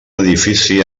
edifici